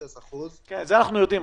1.10%. את זה אנחנו יודעים,